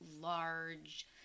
large